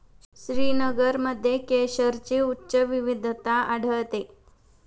श्रीनगरमध्ये केशरची उच्च विविधता आढळते